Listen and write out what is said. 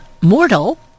mortal